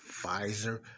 Pfizer